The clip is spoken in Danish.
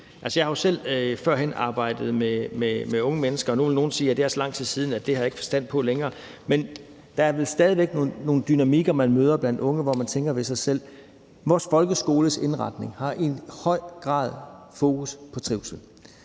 Jeg har jo selv førhen arbejdet med unge mennesker, og nu vil nogle sige, at det er så lang tid siden, at det har jeg ikke forstand på længere. Men der er vel stadig væk nogle dynamikker, man møder blandt unge, hvor man tænker det samme ved sig selv. Vores folkeskoles indretning har i høj grad fokus på trivsel,